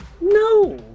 No